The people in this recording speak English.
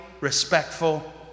respectful